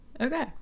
Okay